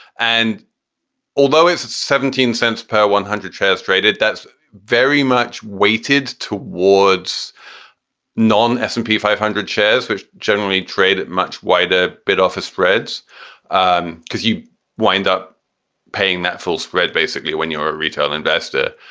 and although it's seventeen cents per one hundred shares traded, that's very much weighted towards non s and p five hundred shares, which generally traded much wider bid offer spreads and because you wind up paying that full spread. basically, when you're a retail investor,